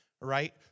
right